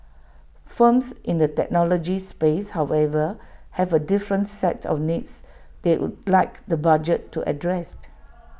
firms in the technology space however have A different set of needs they would like the budget to address